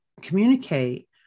communicate